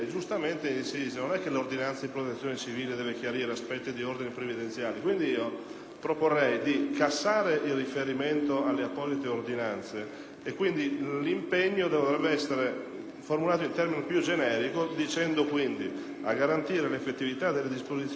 proporrei di cassare il riferimento alle apposite ordinanze. Quindi il primo periodo del dispositivo dovrebbe essere formulato in termini più generici, come segue: «a garantire l'effettività della disposizione richiamata in premessa e ad adottare misure utili a chiarire che».